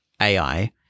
AI